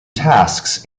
tasks